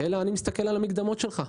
אלא מסתכלים רק על המקדמות שלך.